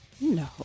No